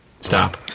Stop